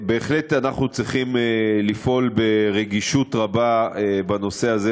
בהחלט אנחנו צריכים לפעול ברגישות רבה בנושא הזה,